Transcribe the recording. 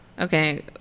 okay